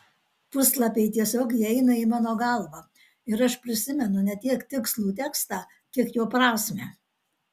puslapiai tiesiog įeina į mano galvą ir aš prisimenu ne tiek tikslų tekstą kiek jo prasmę